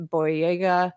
Boyega